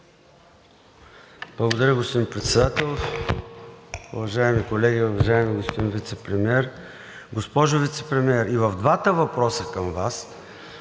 Благодаря Ви, господин Председател. Уважаеми колеги, уважаеми господин Вицепремиер! Госпожо Вицепремиер, и в двата въпроса към Вас